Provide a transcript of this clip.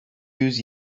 yüz